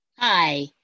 Hi